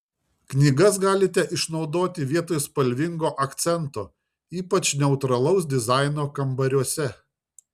knygas galite išnaudoti vietoj spalvingo akcento ypač neutralaus dizaino kambariuose